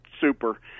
super